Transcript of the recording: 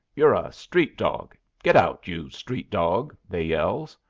you're a street dog! get out, you street dog! they yells.